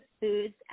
foods